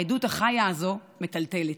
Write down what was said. העדות החיה הזו מטלטלת.